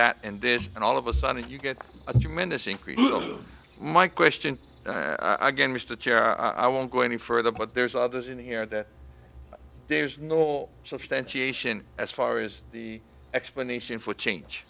that and this and all of a sudden you get a tremendous increase my question again was to i won't go any further but there's others in here that there's no substantiation as far as the explanation for change